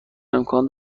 امکان